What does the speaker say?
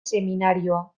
seminarioa